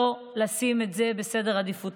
לא לשים אותו אחרון בסדר העדיפויות.